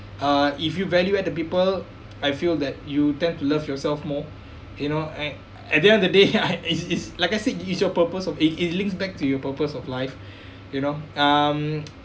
uh if you value added the people I feel that you tend to love yourself more you know at at the end of the day I it's it's like I said it's your purpose of it it links back to your purpose of life you know um